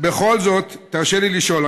בכל זאת, תרשה לי לשאול.